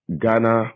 Ghana